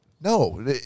No